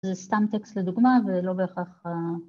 זה סתם טקסט לדוגמה ולא בהכרח